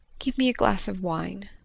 give me a glass of wine.